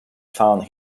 found